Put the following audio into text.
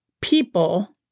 people